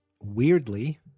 weirdly